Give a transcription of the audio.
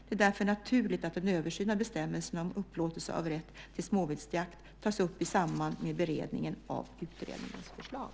Det är därför naturligt att en översyn av bestämmelserna om upplåtelse av rätt till småviltsjakt tas upp i samband med beredningen av utredningens förslag.